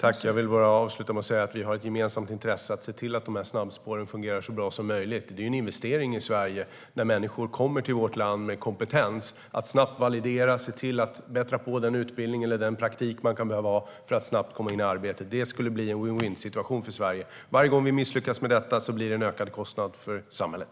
Fru talman! Vi har ett gemensamt intresse av att se till att dessa snabbspår fungerar så bra som möjligt. Det är en investering i Sverige när människor kommer hit med kompetens att vi snabbt validerar dem och kompletterar med den utbildning och praktik de kan behöva för att snabbt komma in i arbete. Det blir en vinn-vinnsituation för Sverige. Varje gång vi misslyckas med detta blir det en ökad kostnad för samhället.